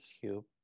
Cube